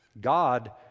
God